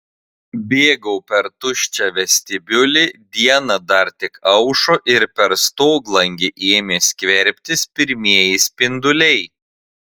bėgau per tuščią vestibiulį diena dar tik aušo ir per stoglangį ėmė skverbtis pirmieji spinduliai